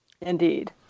Indeed